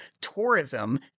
tourism